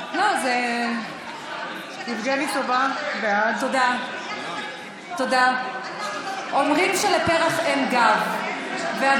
איימן עודה, אינו נוכח חוה אתי